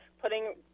putting